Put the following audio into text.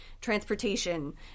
transportation